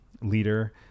leader